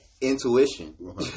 intuition